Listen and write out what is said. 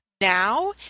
now